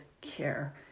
care